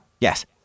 yes